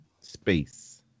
space